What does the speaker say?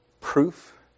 proof